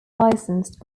licensed